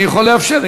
אני יכול לאפשר,